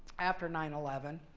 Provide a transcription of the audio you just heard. after nine eleven.